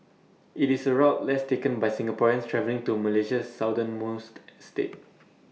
IT is A route less taken by Singaporeans travelling to Malaysia's southernmost state